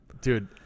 dude